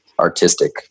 Artistic